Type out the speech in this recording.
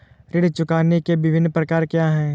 ऋण चुकाने के विभिन्न प्रकार क्या हैं?